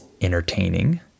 entertaining